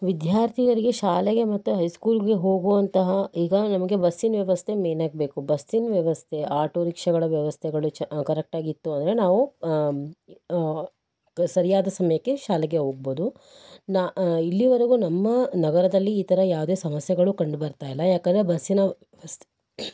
ವಿದ್ಯಾರ್ಥಿಗಳಿಗೆ ಶಾಲೆಗೆ ಮತ್ತು ಹೈಸ್ಕೂಲಿಗೆ ಹೋಗುವಂತಹ ಈಗ ನಮಗೆ ಬಸ್ಸಿನ ವ್ಯವಸ್ಥೆ ಮೇಯ್ನ ಆಗಿ ಬೇಕು ಬಸ್ಸಿನ ವ್ಯವಸ್ಥೆ ಆಟೋ ರಿಕ್ಷಾಗಳ ವ್ಯವಸ್ಥೆಗಳು ಚ್ ಕರೆಕ್ಟ್ ಆಗಿ ಇತ್ತು ಅಂದರೆ ನಾವು ಸರಿಯಾದ ಸಮಯಕ್ಕೆ ಶಾಲೆಗೆ ಹೋಗ್ಬೋದು ನಾ ಇಲ್ಲಿವರೆಗು ನಮ್ಮ ನಗರದಲ್ಲಿ ಈ ತ್ಜರ ಯಾವುದೆ ಸಮಸ್ಯೆಗಳು ಕಂಡು ಬರ್ತಾ ಇಲ್ಲ ಯಾಕೆಂದ್ರೆ ಬಸ್ಸಿನ ವ್ಯವಸ್ಥೆ